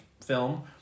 film